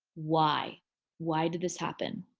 why why did this happen?